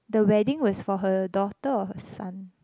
the wedding was for her daughter or her son